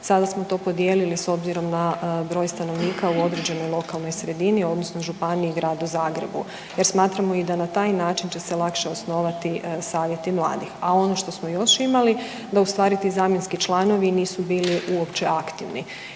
Sada smo to podijelili s obzirom na broj stanovnika u određenoj lokalnoj sredini, odnosno županiji i Gradu Zagrebu jer smatramo da i na taj način će se lakše osnovati savjeti mladih, a ono što smo još imali, da ustvari ti zamjenski članovi nisu bili uopće aktivni